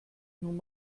nun